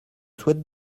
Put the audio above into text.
souhaite